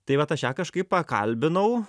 tai vat aš ją kažkaip pakalbinau